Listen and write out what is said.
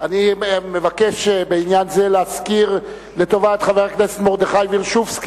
בעניין זה אני מבקש להזכיר לטובה את חבר הכנסת מרדכי וירשובסקי,